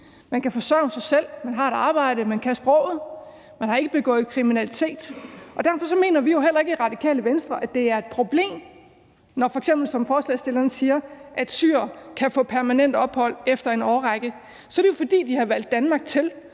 Man kan forsørge sig selv, man har et arbejde, man kan sproget, man har ikke begået kriminalitet, og derfor mener vi i Radikale Venstre jo heller ikke, at det er et problem, når f.eks. syrere, som forslagsstillerne siger, kan få permanent ophold efter en årrække. Så er det jo, fordi de har valgt Danmark til